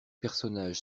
personnages